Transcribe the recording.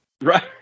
Right